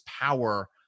power